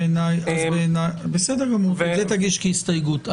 את זה תגיש כהסתייגות.